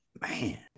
man